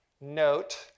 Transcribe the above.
note